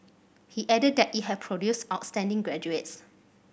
he added that it had produce outstanding graduates